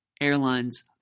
airline's